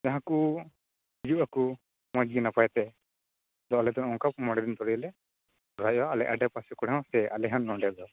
ᱡᱟᱦᱟᱸ ᱠᱳ ᱦᱤᱡᱩᱜ ᱟ ᱠᱳ ᱢᱚᱡᱽ ᱜᱮ ᱱᱟᱯᱟᱭ ᱛᱮ ᱛᱚ ᱟᱞᱮᱫᱚ ᱚᱸᱠᱟ ᱨᱟᱭᱟ ᱟᱞᱮ ᱟᱰᱮᱯᱟᱥᱮ ᱠᱚᱲᱟ ᱦᱚᱸ ᱥᱮ ᱟᱞᱮᱦᱚᱸ ᱱᱚᱸᱰᱮ ᱫᱚ